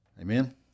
Amen